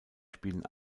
spielen